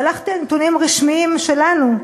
והלכתי על נתונים רשמיים שלנו.